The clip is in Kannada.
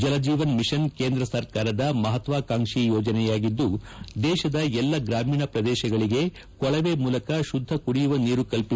ಜಲಜೀವನ್ ಮಿಷನ್ ಕೇಂದ್ರ ಸರ್ಕಾರದ ಮಹತ್ವಾಕಾಂಕ್ಷಿ ಯೋಜನೆಯಾಗಿದ್ದು ದೇಶದ ಎಲ್ಲಾ ಗ್ರಾಮೀಣ ಪ್ರದೇಶಗಳಿಗೆ ಕೊಳವೆ ಮೂಲಕ ಶುದ್ದ ಕುಡಿಯುವ ನೀರು ಕಲ್ಪಿಸುವ ಗುರಿ ಹೊಂದಿದೆ